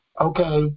okay